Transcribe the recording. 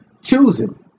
choosing